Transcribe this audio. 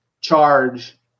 charge